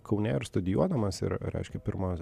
kaune ir studijuodamas ir reiškia pirmos